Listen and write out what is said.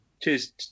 cheers